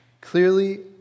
Clearly